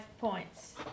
points